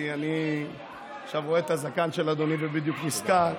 כי עכשיו אני רואה את הזקן של אדוני ובדיוק נזכר,